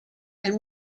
and